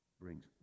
brings